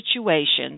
situations